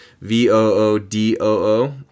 V-O-O-D-O-O